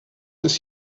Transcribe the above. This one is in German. des